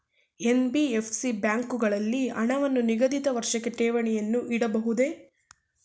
NBFC ಬ್ಯಾಂಕುಗಳಲ್ಲಿ ಹಣವನ್ನು ನಿಗದಿತ ವರ್ಷಕ್ಕೆ ಠೇವಣಿಯನ್ನು ಇಡಬಹುದೇ?